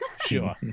Sure